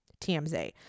TMZ